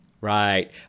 Right